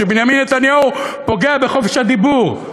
שבנימין נתניהו פוגע בחופש הדיבור.